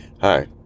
Hi